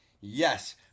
Yes